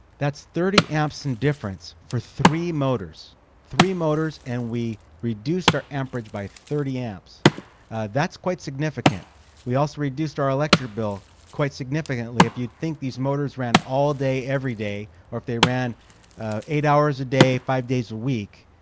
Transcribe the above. that's thirty amps and difference for three motors three motors and we reduced our amperage by thirty amps that's quite significant we also reduced our electric bill quite significantly if you think these motors ran all day every day or if they ran eight hours a day five days a week,